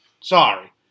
sorry